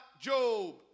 Job